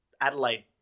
Adelaide